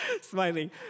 smiling